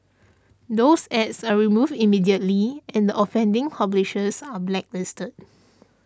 those ads are removed immediately and the offending publishers are blacklisted